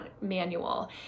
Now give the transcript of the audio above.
manual